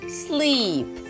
sleep